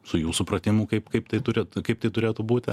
su jų supratimu kaip kaip tai turi kaip tai turėtų būti